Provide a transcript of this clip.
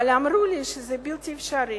אבל אמרו לי שזה בלתי אפשרי.